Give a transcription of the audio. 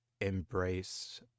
embrace